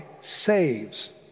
saves